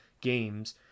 Games